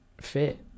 fit